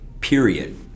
period